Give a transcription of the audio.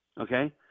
okay